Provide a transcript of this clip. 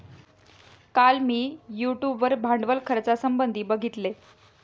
काल मी यूट्यूब वर भांडवल खर्चासंबंधित बघितले